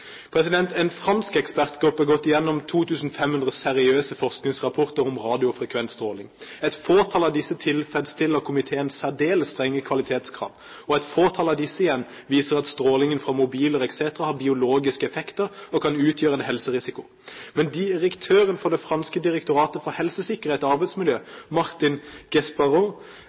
En fransk ekspertgruppe har gått igjennom 2 500 seriøse forskningsrapporter om radiofrekvent stråling. Et fåtall av disse tilfredsstiller komiteens særdeles strenge kvalitetskrav. Og et fåtall av disse igjen viser at strålingen fra mobiler etc. har biologiske effekter og kan utgjøre en helserisiko. Men direktøren for det franske direktoratet for helsesikkerhet og arbeidsmiljø, Martin